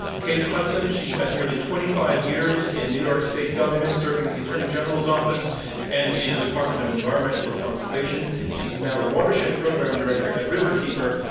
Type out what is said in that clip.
kate hudson. she spent nearly twenty five years in new york state government serving in the attorney general's office and in the department of environmental conservation. she is now the watershed program director at riverkeeper,